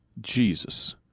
Jesus